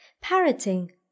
parroting